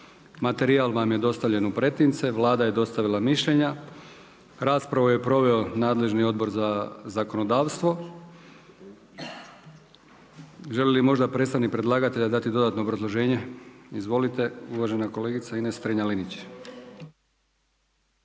Materijal vam je dostavljen u pretince, Vlada je dostavila mišljenja. Raspravu je proveo nadležni odbor za zakonodavstvo. Želi li možda predstavnik predlagatelja dati dodatno obrazloženje? Izvolite, uvažena kolegica Ines Strenja-Linić.